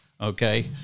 Okay